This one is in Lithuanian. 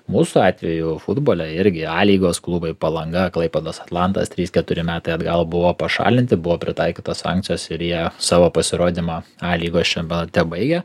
mūsų atveju futbole irgi a lygos klubai palanga klaipėdos atlantas trys keturi metai atgal buvo pašalinti buvo pritaikytos sankcijos ir jie savo pasirodymą a lygos čempionate baigė